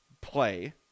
play